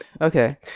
okay